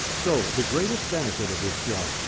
so the greatest benefit of this job,